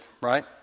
right